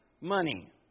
money